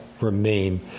remain